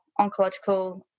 oncological